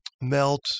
melt